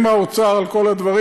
עם האוצר על כל הדברים,